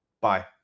Bye